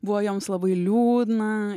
buvo joms labai liūdna